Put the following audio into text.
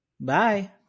Bye